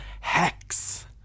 Hex